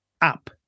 up